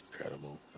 incredible